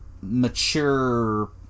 mature